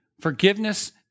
forgiveness